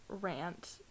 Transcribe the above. rant